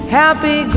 happy